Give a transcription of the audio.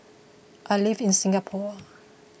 I live in Singapore